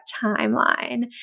timeline